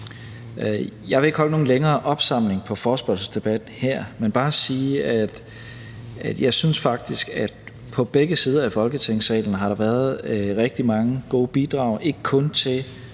Jeg vil ikke lave nogen længere opsamling på forespørgselsdebatten her, men bare sige, at jeg faktisk synes, at der fra begge sider i Folketingssalen har været rigtig mange gode bidrag, ikke kun i